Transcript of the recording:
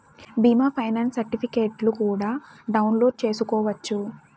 బీమా ఫైనాన్స్ సర్టిఫికెట్లు కూడా డౌన్లోడ్ చేసుకోవచ్చు